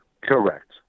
Correct